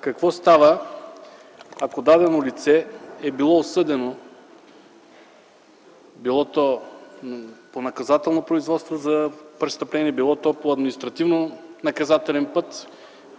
какво става, ако дадено лице е било осъдено било то по наказателно производство за престъпления, било то по административнонаказателен път